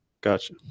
Gotcha